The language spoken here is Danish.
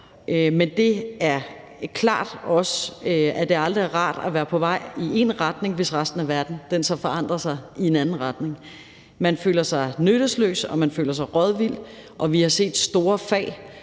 Men det er også klart, at det aldrig er rart at være på vej i én retning, hvis resten af verden så forandrer sig i en anden retning. Man føler sig nyttesløs, og man føler sig rådvild, og vi har set store fag